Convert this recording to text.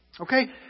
Okay